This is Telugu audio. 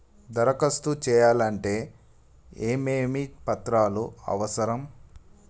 దరఖాస్తు చేయాలంటే ఏమేమి పత్రాలు అవసరం?